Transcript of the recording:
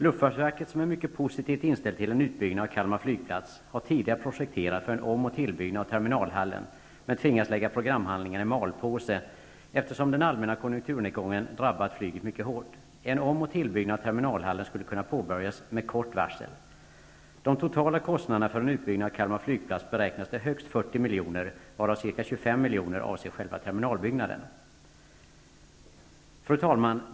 Luftfartsverket, som är mycket positivt inställt till en utbyggnad av Kalmar flygplats, har tidigare projekterat för en om och tillbyggnad av terminalhallen men tvingats lägga programhandlingarna i malpåse, eftersom den allmänna konjunkturnedgången har drabbat flyget mycket hårt. En om och tillbyggnad av terminalhallen skulle kunna påbörjas med kort varsel. De totala kostnaderna för en utbyggnad av Kalmar flygplats beräknas till högst 40 miljoner, varav ca 25 Fru talman!